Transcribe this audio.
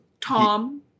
Tom